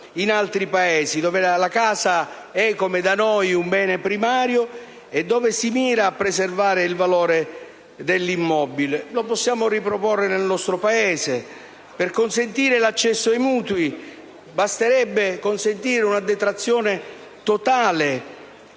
in altri Paesi dove la casa è, come da noi, un bene primario e dove si mira a preservare il valore dell'immobile. Possiamo riproporre tale esempio nel nostro Paese. Per consentire l'accesso ai mutui basterebbe consentire una detrazione totale